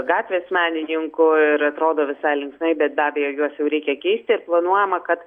gatvės menininkų ir atrodo visai linksmai bet be abejo juos jau reikia keisti planuojama kad